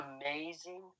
amazing